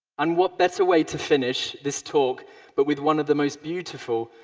and what better way to finish this talk but with one of the most beautiful,